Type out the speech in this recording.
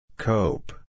Cope